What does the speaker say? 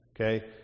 okay